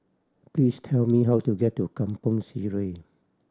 please tell me how to get to Kampong Sireh